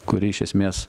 kuri iš esmės